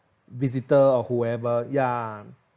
visitor or whoever ya